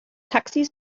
taxis